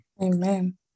amen